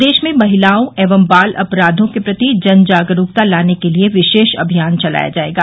प्रदेश में महिलाओं एवं बाल अपराधों के प्रति जन जागरूकता लाने के लिए विशेष अभियान चलाया जायेगा